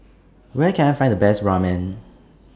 Where Can I Find The Best Ramen